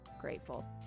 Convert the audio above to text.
grateful